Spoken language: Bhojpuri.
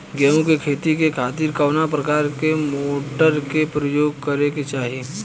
गेहूँ के खेती के खातिर कवना प्रकार के मोटर के प्रयोग करे के चाही?